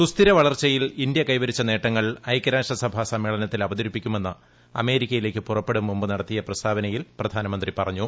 സുസ്ഥിര വള്ളർച്ചയിൽ ഇന്ത്യ കൈവരിച്ച നേട്ടങ്ങൾ ഐക്യരാഷ്ട്രസഭ സമ്മേളനത്തിൽ അവതരിപ്പിക്കുമെന്ന് അമേരിക്കയിലേക്ക് പുറപ്പെടും മുമ്പ് ഇടത്തിയ പ്രസ്താവനയിൽ പ്രധാനമന്ത്രി പറഞ്ഞു